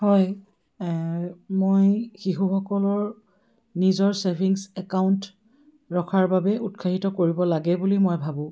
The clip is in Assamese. হয় মই শিশুসকলৰ নিজৰ ছেভিংছ একাউণ্ট ৰখাৰ বাবে উৎসাহিত কৰিব লাগে বুলি মই ভাবোঁ